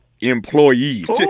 employees